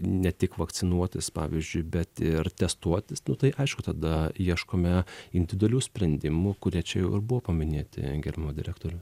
ne tik vakcinuotis pavyzdžiui bet ir testuotis nu tai aišku tada ieškome individualių sprendimų kurie čia jau ir buvo paminėti gerbiamo direktorius